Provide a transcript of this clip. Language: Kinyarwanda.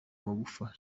magufa